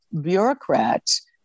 bureaucrats